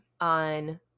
on